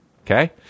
Okay